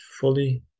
fully